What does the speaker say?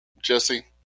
Jesse